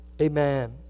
Amen